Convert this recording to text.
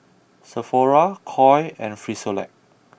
Sephora Koi and Frisolac